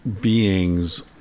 beings